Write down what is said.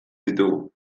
ditugu